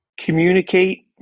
Communicate